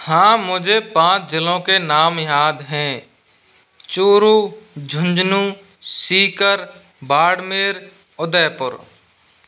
हाँ मुझे पाँच ज़िलों के नाम याद हैं चुरू झुंझुनू सिकर बाड़मेर उदयपुर